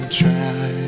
try